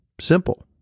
Simple